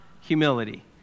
humility